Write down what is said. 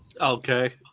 Okay